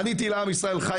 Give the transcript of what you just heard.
עניתי לה עם ישראל חי.